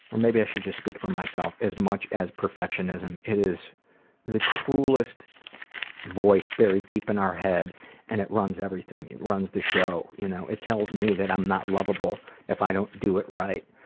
or maybe i should just speak for myself as much as perfectionist. it is the cruelest voice buried deep in our head and it everything, it runs the show. you know it tells me that i'm not loveable if i don't do it right.